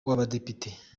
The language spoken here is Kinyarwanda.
w’abadepite